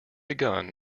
begun